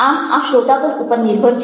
આમ આ શ્રોતાગણ ઉપર નિર્ભર છે